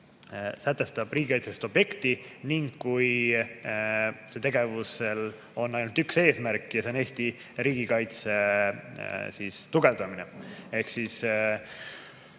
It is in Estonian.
sätestatud riigikaitseline objekt ning kui sellel tegevusel on ainult üks eesmärk ja see on Eesti riigikaitse tugevdamine. Sellist